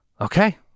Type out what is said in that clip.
Okay